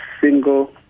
single